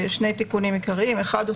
שני תיקונים עיקריים: אחד,